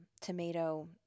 tomato